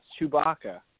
Chewbacca